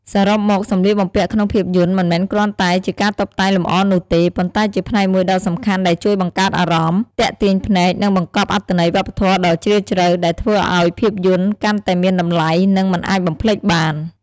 សរុបមក សម្លៀកបំពាក់ក្នុងភាពយន្តមិនមែនគ្រាន់តែជាការតុបតែងលម្អនោះទេ ប៉ុន្តែជាផ្នែកមួយដ៏សំខាន់ដែលជួយបង្កើតអារម្មណ៍ ទាក់ទាញភ្នែក និងបង្កប់អត្ថន័យវប្បធម៌ដ៏ជ្រាលជ្រៅ ដែលធ្វើឱ្យភាពយន្តកាន់តែមានតម្លៃ និងមិនអាចបំភ្លេចបាន ។